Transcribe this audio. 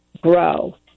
Grow